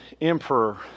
emperor